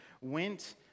went